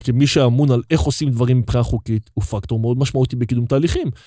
שמי שאמון על איך עושים דברים מבחינה חוקית הוא פקטור מאוד משמעותי בקידום תהליכים.